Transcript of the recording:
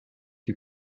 you